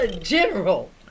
general